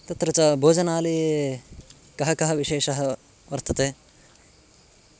तत्र च भोजनालये कः कः विशेषः वर्तते